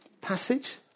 passage